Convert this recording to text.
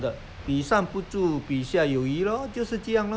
猪猪由于 leh 所以就是这样 lor